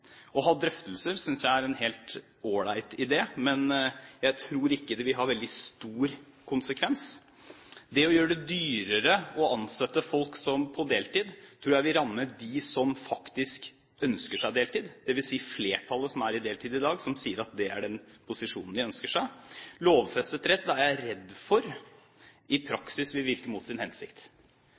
Å ha drøftelser synes jeg er en helt all right idé, men jeg tror ikke det vil ha veldig stor konsekvens. Det å gjøre det dyrere å ansette folk på deltid tror jeg vil ramme dem som faktisk ønsker seg deltid, dvs. flertallet som er på deltid i dag, som sier at det er den posisjonen de ønsker seg. Lovfestet rett er jeg redd for i praksis vil virke mot sin hensikt,